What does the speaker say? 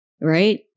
Right